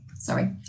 Sorry